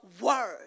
word